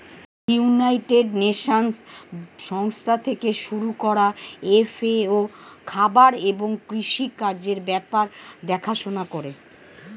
United Nations সংস্থা থেকে শুরু করা এফ.এ.ও খাবার এবং কৃষি কাজের ব্যাপার দেখাশোনা করে